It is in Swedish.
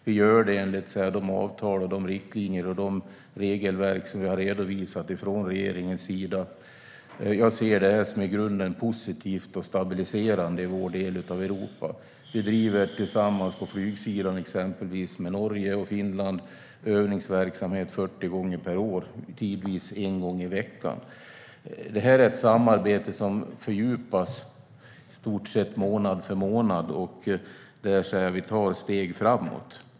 Vi gör det enligt de avtal, riktlinjer och regelverk som vi har redovisat från regeringens sida. Jag ser det här som något i grunden positivt och stabiliserande i vår del av Europa. Vi bedriver tillsammans, exempelvis på flygsidan, övningsverksamhet med Norge och Finland 40 gånger per år - tidvis en gång i veckan. Det är ett samarbete som fördjupas i stort sett månad för månad, där vi tar steg framåt.